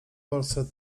polsce